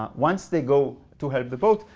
um once they go to help the boat,